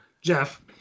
Jeff